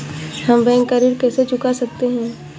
हम बैंक का ऋण कैसे चुका सकते हैं?